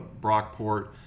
Brockport